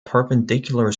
perpendicular